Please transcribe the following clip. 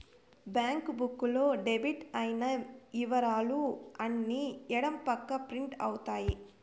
bank book లో debit అయిన ఇవరాలు అన్ని ఎడం పక్క ప్రింట్ అవుతాయి